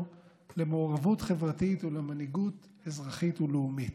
למעורבות חברתית ולמנהיגות אזרחית ולאומית.